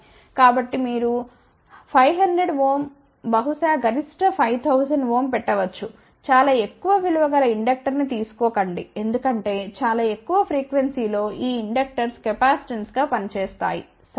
కాబట్టి మీరు 500Ω బహుశా గరిష్ట 5000 Ω పెట్టవచ్చు చాలా ఎక్కువ విలువ గల ఇండక్టర్ ని తీసుకోకండి ఎందుకంటే చాలా ఎక్కువ ఫ్రీక్వెన్సీ లో ఈ ఇండక్టర్స్ కెపాసిటెన్స్ గా పనిచేస్తాయి సరే